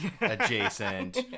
adjacent